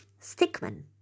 Stickman